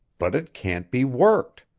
but it can't be worked.